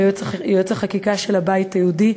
יועץ החקיקה של הבית היהודי,